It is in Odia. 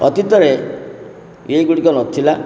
ଅତୀତରେ ଏଇ ଗୁଡ଼ିକ ନଥିଲା